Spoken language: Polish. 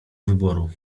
wyboru